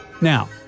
Now